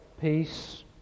peace